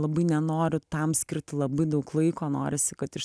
labai nenoriu tam skirti labai daug laiko norisi kad iš